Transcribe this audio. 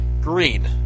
green